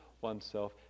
oneself